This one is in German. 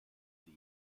sie